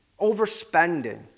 overspending